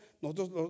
Nosotros